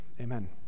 Amen